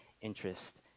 interest